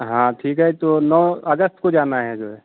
हाँ ठीक है तो नौ अगस्त को जाना है जो है